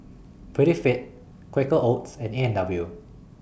Prettyfit Quaker Oats and A and W